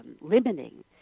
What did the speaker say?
limiting